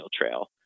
trail